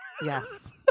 Yes